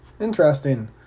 Interesting